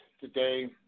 today